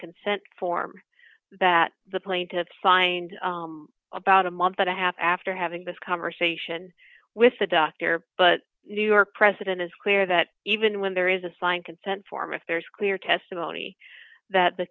consent form that the plaintiffs signed about a month and a half after having this conversation with the doctor but your president is clear that even when there is a signed consent form if there's clear testimony that the